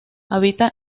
habita